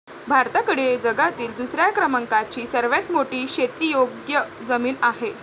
भारताकडे जगातील दुसऱ्या क्रमांकाची सर्वात मोठी शेतीयोग्य जमीन आहे